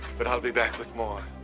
but i'll be back with more.